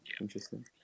interesting